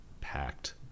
packed